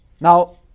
Now